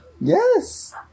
Yes